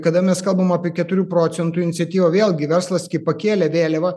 kada mes kalbam apie keturių procentų iniciatyvą vėlgi verslas gi pakėlė vėliavą